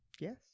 Yes